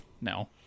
No